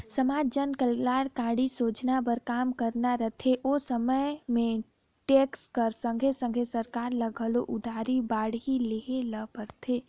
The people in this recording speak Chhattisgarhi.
समाज जनकलयानकारी सोजना बर काम करना रहथे ओ समे में टेक्स कर संघे संघे सरकार ल घलो उधारी बाड़ही लेहे ले परथे